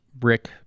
rick